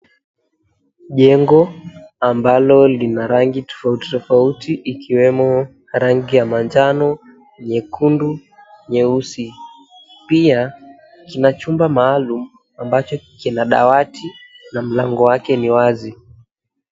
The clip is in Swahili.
Jengo ambalo lina rangi tofautitofauti ikiwemo: rangi ya manjano, nyekundu, nyeusi. Pia kinachumba maalum ambacho kina dawati na mlango wake ni wazi.